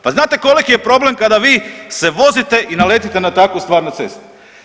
Pa znate koliki je problem kada vi se vozite i naletite na takvu stvar na cesti.